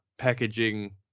Packaging